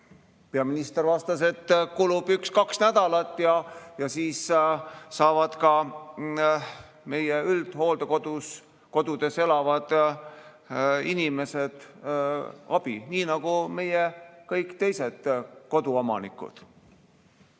Peaminister vastas, et kulub üks-kaks nädalat ja siis saavad ka meie üldhooldekodudes elavad inimesed abi, nii nagu meie kõik teised koduomanikud.